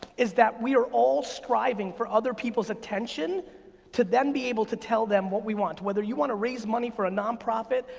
is that we are all striving for other peoples attention to then be able to tell them what we want. whether you want to raise money for a nonprofit,